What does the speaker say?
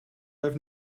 have